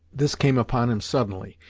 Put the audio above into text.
this came upon him suddenly,